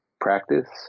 practice